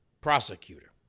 prosecutor